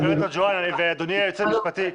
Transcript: גברת רג'ואן ואדוני היועץ המשפטי,